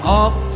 off